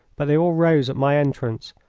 but they all rose at my entrance,